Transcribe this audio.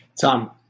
Tom